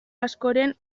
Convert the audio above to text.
askoren